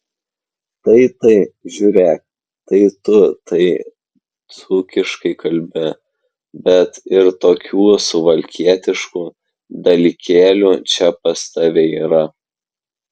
tai tai žiūrėk tai tu tai dzūkiškai kalbi bet ir tokių suvalkietiškų dalykėlių čia pas tave yra